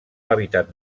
hàbitat